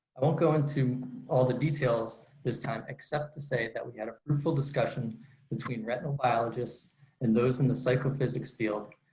i won't go into all the details this time except to say that we had a fruitful discussion between retinal biologists and those in the psycho physics field.